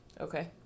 Okay